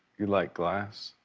you like glass.